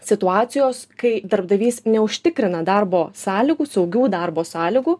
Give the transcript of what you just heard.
situacijos kai darbdavys neužtikrina darbo sąlygų saugių darbo sąlygų